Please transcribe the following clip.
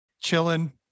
chilling